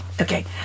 Okay